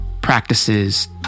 practices